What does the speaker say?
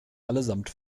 allesamt